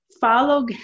Follow